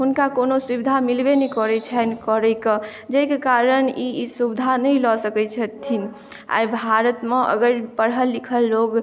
हुनका कोनो सुबिधा मिलबे नहि करै छनि करैके जाहिके कारण ई सुबिधा नहि लऽ सकैत छथिन आइ भारत मऽ अगर पढ़ल लिखल लोग